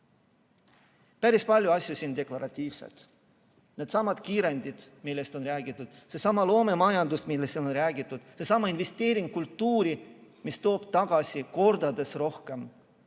Päris palju asju on siin deklaratiivsed. Needsamad kiirendid, millest on räägitud, seesama loomemajandus, millest on räägitud, seesama investeering kultuuri, mis toob tagasi kordades rohkem.